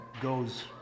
goes